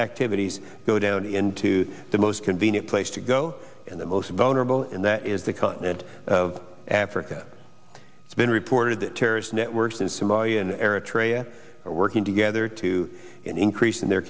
activities go down into the most convenient place to go and the most vulnerable and that is the continent of africa it's been reported that terrorist networks in somalia and eritrea are working together to increase in their